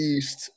East